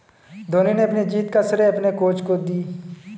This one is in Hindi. धोनी ने अपनी जीत का श्रेय अपने कोच को दी